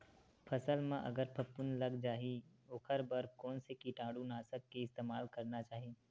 फसल म अगर फफूंद लग जा ही ओखर बर कोन से कीटानु नाशक के इस्तेमाल करना चाहि?